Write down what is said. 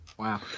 Wow